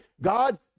God